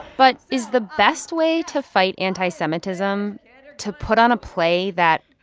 but is the best way to fight anti-semitism to put on a play that,